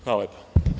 Hvala lepo.